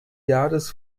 jahres